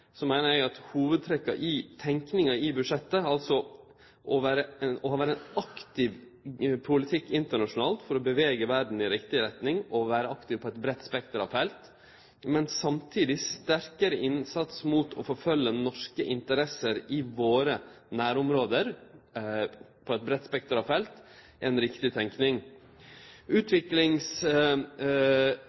meiner eg at hovudtrekka i tenkinga i budsjettet, altså å ha ein aktiv politikk internasjonalt for å bevege verda i riktig retning og vere aktiv på eit breitt spekter av felt, men samtidig ha ein sterkare innsats mot å følgje norske interesser i våre nærområde på eit breitt spekter av felt, er ei riktig